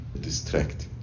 distracted